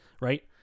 right